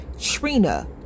Trina